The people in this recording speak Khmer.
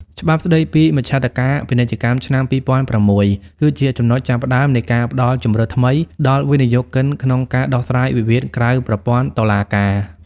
ច្បាប់ស្ដីពីមជ្ឈត្តការពាណិជ្ជកម្មឆ្នាំ ២០០៦ គឺជាចំណុចចាប់ផ្ដើមនៃការផ្ដល់ជម្រើសថ្មីដល់វិនិយោគិនក្នុងការដោះស្រាយវិវាទក្រៅប្រព័ន្ធតុលាការ។